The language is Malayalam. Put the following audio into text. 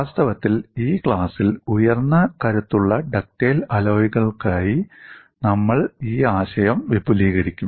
വാസ്തവത്തിൽ ഈ ക്ലാസ്സിൽ ഉയർന്ന കരുത്തുറ്റ ഡക്റ്റൈൽ അലോയ്കൾക്കായി നമ്മൾ ഈ ആശയം വിപുലീകരിക്കും